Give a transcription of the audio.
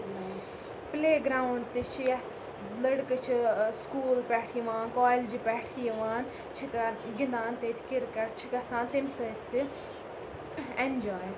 پٕلے ground تہِ چھِ یَتھ لٔڑکہٕ چھِ سکوٗل پٮ۪ٹھ یِوان کالجہِ پٮ۪ٹھ یِوان چھِ گِنٛدان تیٚتہِ کِرکَٹ چھِ گَژھان تمہِ سۭتۍ تہِ اٮ۪نجاے